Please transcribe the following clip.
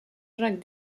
jacques